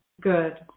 Good